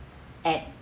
at